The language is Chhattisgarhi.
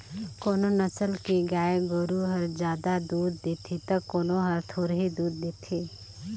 कोनो नसल के गाय गोरु हर जादा दूद देथे त कोनो हर थोरहें दूद देथे